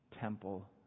temple